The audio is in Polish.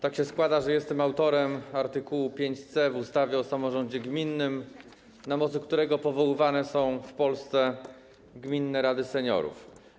Tak się składa, że jestem autorem art. 5c w ustawie o samorządzie gminnym, na mocy którego powoływane są w Polsce gminne rady seniorów.